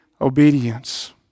obedience